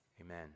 Amen